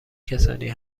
کسانی